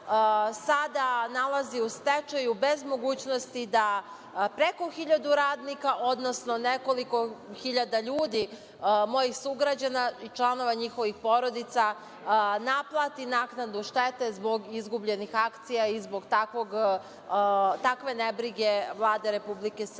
sada nalazi u stečaju, bez mogućnosti da preko 1.000 radnika, odnosno nekoliko hiljada ljudi mojih sugrađana i članova njihovih porodica, naplati naknadu štete zbog izgubljenih akcija i zbog takve nebrige Vlade Republike Srbije. Tako